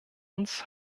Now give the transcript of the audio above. uns